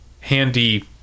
handy